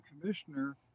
commissioner